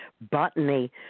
botany